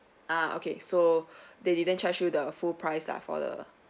ah okay so they didn't charge you the full price lah for the